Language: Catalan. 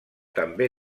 també